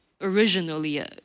originally